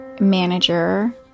manager